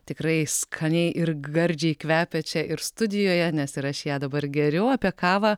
tikrai skaniai ir gardžiai kvepia čia ir studijoje nes ir aš ją dabar geriu o apie kavą